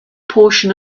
portion